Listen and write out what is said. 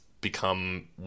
become